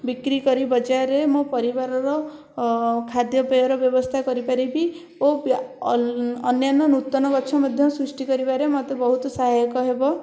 ବିକ୍ରି କରି ବଜାରରେ ମୋ ପରିବାରର ଖାଦ୍ୟପେୟର ବ୍ୟବସ୍ଥା କରିପାରିବି ଓ ଅନ୍ୟାନ୍ୟ ନୁତନ ଗଛ ମଧ୍ୟ ସୃଷ୍ଟି କରିବାରେ ମୋତେ ବହୁତ ସହାୟକ ହେବ